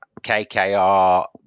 kkr